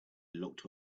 looked